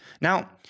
Now